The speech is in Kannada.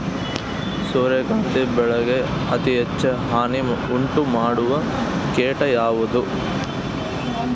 ಸೂರ್ಯಕಾಂತಿ ಬೆಳೆಗೆ ಅತೇ ಹೆಚ್ಚು ಹಾನಿ ಉಂಟು ಮಾಡುವ ಕೇಟ ಯಾವುದು?